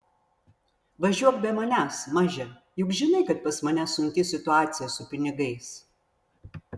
važiuok be manęs maže juk žinai kad pas mane sunki situaciją su pinigais